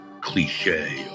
cliche